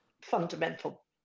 fundamental